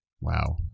Wow